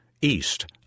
East